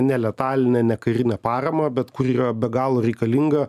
neletalinę nekarinę paramą bet kur yra be galo reikalinga